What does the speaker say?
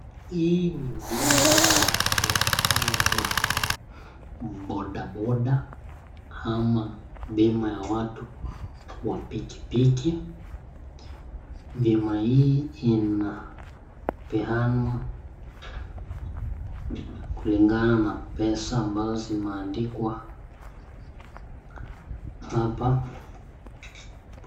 Hii ni bima ya watu wa bodaboda ama bima ya watu wa pikipiki. Bima hii inapeanwa kulingana na pesa ambazo zimeandikwa hapa.